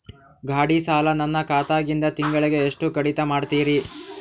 ಗಾಢಿ ಸಾಲ ನನ್ನ ಖಾತಾದಾಗಿಂದ ತಿಂಗಳಿಗೆ ಎಷ್ಟು ಕಡಿತ ಮಾಡ್ತಿರಿ?